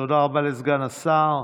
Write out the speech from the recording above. תודה רבה לסגן השר.